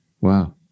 wow